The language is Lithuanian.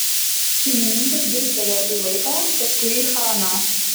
šeimininkas dirstelėjo į vaiką paskui į haną